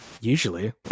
Usually